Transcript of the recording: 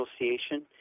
Association